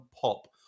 pop